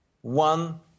one